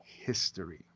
history